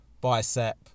bicep